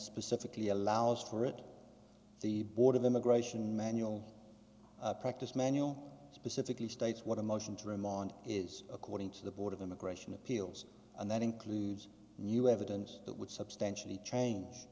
specifically allows for it the board of immigration manual practice manual specifically states what a motion to remand is according to the board of immigration appeals and that includes new evidence that would substantially change